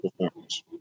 performance